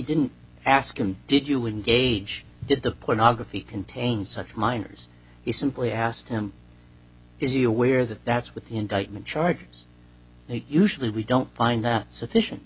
didn't ask him did you when gage did the pornography contain such minors he simply asked him is he aware that that's what the indictment charges usually we don't find that sufficient